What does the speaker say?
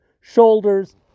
shoulders